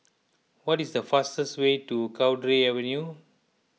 what is the fastest way to Cowdray Avenue